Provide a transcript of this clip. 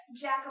jack